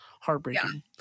heartbreaking